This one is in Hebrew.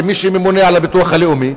כמי שממונה על הביטוח הלאומי,